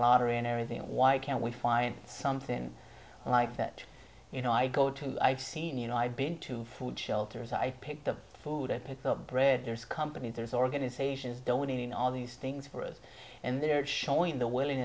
lottery and everything why can't we find somethin like that you know i go to i've seen you know i've been to food shelters i pick the food i pick the bread there's company there's organizations donating all of these things for us and they're showing the w